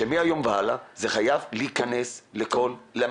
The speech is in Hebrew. שמהיום והלאה זה חייב להכנס למפרט.